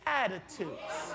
attitudes